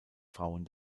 frauen